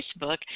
Facebook